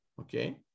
Okay